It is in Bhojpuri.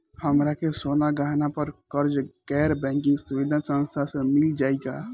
हमरा के सोना गहना पर कर्जा गैर बैंकिंग सुविधा संस्था से मिल जाई का?